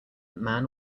man